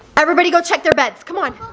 everybody go check their beds, come on.